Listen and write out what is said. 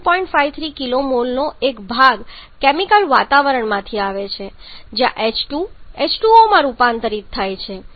53 kmol નો એક ભાગ કેમિકલ વાતાવરણમાંથી આવે છે જ્યાં H2 H2O રૂપાંતરિત થાય છે અને આ વધારાનો ભાગ આવે છે